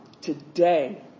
today